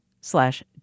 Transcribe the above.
slash